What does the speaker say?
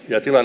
jatilan